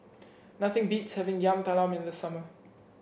nothing beats having Yam Talam in the summer